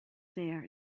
there